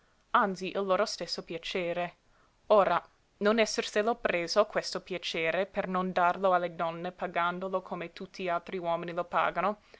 anzi il loro stesso piacere ora non esserselo preso questo piacere per non darlo alle donne pagandolo come tutti gli altri uomini lo pagano